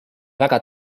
väga